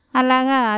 alaga